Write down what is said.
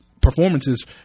performances